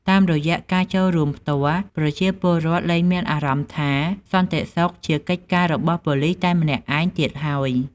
តាមរយៈការចូលរួមផ្ទាល់ បានធ្វើឲ្យប្រជាពលរដ្ឋលែងមានអារម្មណ៍ថា សន្តិសុខជាកិច្ចការរបស់ប៉ូលិសតែម្នាក់ឯងទៀតហើយ។